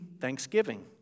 thanksgiving